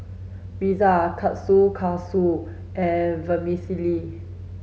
pizza Kushikatsu and Vermicelli